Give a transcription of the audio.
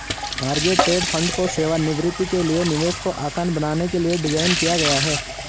target date fund को सेवानिवृत्ति के लिए निवेश को आसान बनाने के लिए डिज़ाइन किया गया है